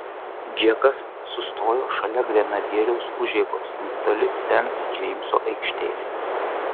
džekas sustojo šalia grenadieriaus užeigos netoli sent džeimso aikštės